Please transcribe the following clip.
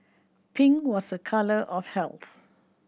pink was a colour of health